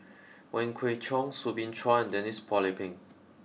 Wong Kwei Cheong Soo Bin Chua and Denise Phua Lay Peng